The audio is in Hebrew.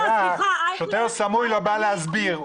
שוטר סמוי לא בא להסביר,